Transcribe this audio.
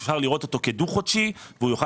אפשר לראות אותו כדו-חודשי והוא יוכל